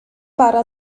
bara